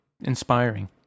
inspiring